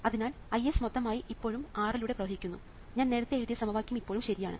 അതിനാൽ Is മൊത്തമായി ഇപ്പോഴും R ലൂടെ പ്രവഹിക്കുന്നു ഞാൻ നേരത്തെ എഴുതിയ സമവാക്യം ഇപ്പോഴും ശരിയാണ്